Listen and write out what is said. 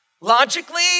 logically